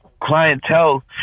clientele